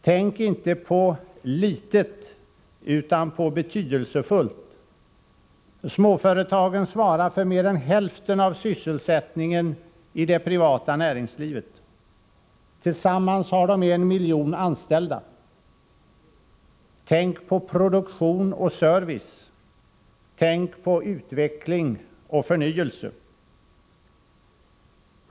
Tänk inte på ”litet” utan på ”betydelsefullt”. Småföretagen svarar för mer än hälften av sysselsättningen i det privata näringslivet. Tillsammans har de 1 miljon anställda. Tänk på produktion och service. Tänk på utveckling och förnyelse.